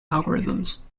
algorithms